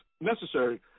necessary